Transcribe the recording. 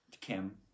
Kim